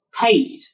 paid